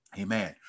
Amen